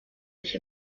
sich